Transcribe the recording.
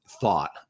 thought